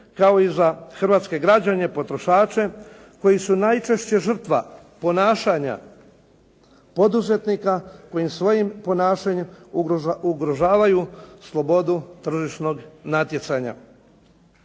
kao i za hrvatske građane potrošače koji su najčešće žrtva ponašanja poduzetnika koji svojim ponašanjem ugrožavaju slobodu tržišnog natjecanja.